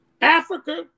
Africa